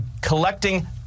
collecting